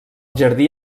jardí